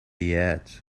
yet